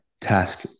task